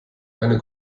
eine